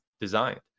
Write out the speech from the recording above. designed